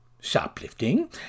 shoplifting